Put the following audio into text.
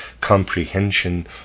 comprehension